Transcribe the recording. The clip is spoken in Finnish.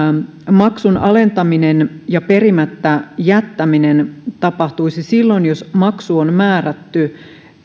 maksun alentaminen ja perimättä jättäminen tapahtuisi silloin jos maksu on määrätty